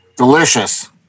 Delicious